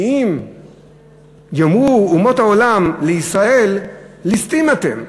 שאם יאמרו אומות העולם לישראל, ליסטים אתם,